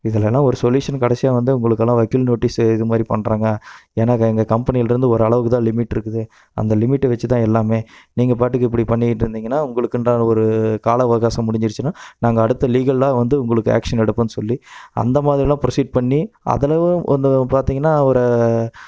இதில் எல்லாம் ஒரு சொல்யூஷனு கடைசியாக வந்து உங்களுக்கு எல்லாம் வக்கீல் நோட்டிஸ் இது மாதிரி பண்ணுறாங்க ஏன்னா எங்கள் கம்பெனியில் இருந்து ஒரு அளவுக்கு தான் லிமிட் இருக்குது அந்த லிமிட்டை வச்சு தான் எல்லாம் நீங்கள் பாட்டுக்கு இப்படி பண்ணிக்கிட்டு இருந்திங்கன்னா உங்களுக்கு உண்டான ஒரு கால அவகாசம் முடிஞ்சுருச்சுனா நாங்கள் அடுத்து லீகலாக வந்து உங்களுக்கு ஆக்ஷன் எடுப்போம்னு சொல்லி அந்த மாதிரிலாம் ப்ரொசீட் பண்ணி அதில் வந்து பார்த்திங்கனா ஒரு